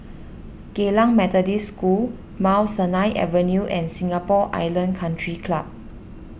Geylang Methodist School Mount Sinai Avenue and Singapore Island Country Club